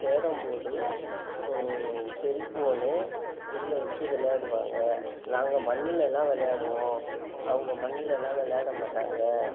carrom board cell phone இதில் வெச்சு விளையாடுவாங்க நாங்கள் மண்ணுலெலாம் விளையாடுவோம் அவங்க மண்ணுலெலாம் விளையாட மாட்டாங்க